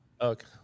Okay